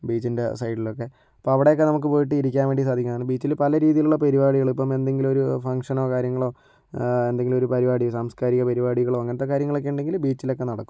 ബീച്ചിൻ്റെ ആ സൈഡിലൊക്കെ ഇപ്പോൾ അവിടെയൊക്കെ നമുക്ക് പോയിട്ട് ഇരിക്കാൻ വേണ്ടി സാധിക്കുകയാണ് ബീച്ചിൽ പല രീതിയിലുള്ള പരിപാടികൾ ഇപ്പം എന്തെങ്കിലും ഒരു ഫംഗ്ഷനോ കാര്യങ്ങളോ എന്തെങ്കിലും ഒരു പരിപാടി സാംസ്കാരിക പരിപാടികളോ അങ്ങനത്തെ കാര്യങ്ങളൊക്കെ ഉണ്ടെങ്കിൽ ബീച്ചിലൊക്കെ നടക്കും